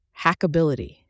hackability